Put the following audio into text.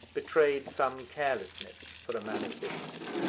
betrayed some carelessness for a man of business.